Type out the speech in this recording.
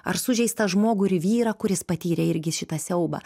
ar sužeistą žmogų ir vyrą kuris patyrė irgi šitą siaubą